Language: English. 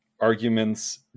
arguments